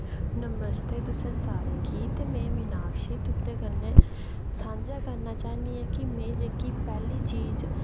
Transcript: नमस्ते तुसें सारें गी ते में मिनाक्षी तुं'दे कन्नै सांझा करना चाह्न्नी आं की में जेह्की पैह्ली चीज